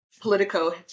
Politico